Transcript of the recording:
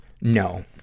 No